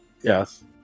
Yes